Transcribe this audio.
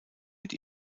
mit